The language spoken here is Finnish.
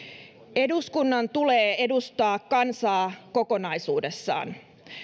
eduskunnan tulee edustaa kansaa kokonaisuudessaan